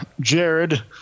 Jared